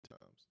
times